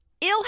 Ill